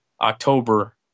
October